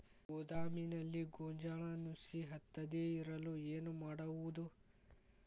ಗೋದಾಮಿನಲ್ಲಿ ಗೋಂಜಾಳ ನುಸಿ ಹತ್ತದೇ ಇರಲು ಏನು ಮಾಡುವುದು?